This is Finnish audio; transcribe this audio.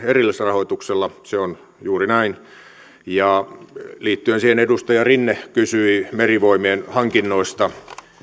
erillisrahoituksella se on juuri näin ja liittyen siihen edustaja rinne kysyi merivoimien hankinnoista